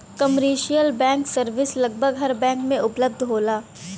commercial banking service लगभग हर bank में उपलब्ध होला